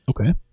Okay